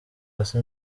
hasi